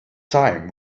time